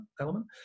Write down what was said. element